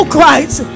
Christ